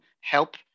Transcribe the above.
help